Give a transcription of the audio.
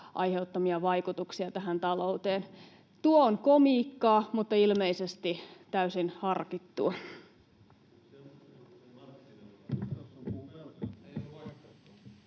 aiheuttamia vaikutuksia tähän talouteen. Tuo on komiikkaa, mutta ilmeisesti täysin harkittua.